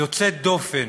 יוצאת דופן